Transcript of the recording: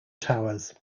towers